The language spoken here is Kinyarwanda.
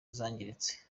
zangiritse